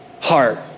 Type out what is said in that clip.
heart